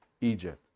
Egypt